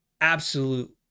absolute